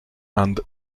and